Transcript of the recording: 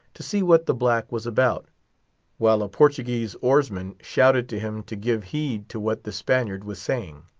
to see what the black was about while a portuguese oarsman shouted to him to give heed to what the spaniard was saying.